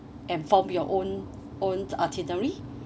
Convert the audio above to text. and form your own own itinerary